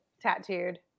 tattooed